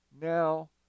now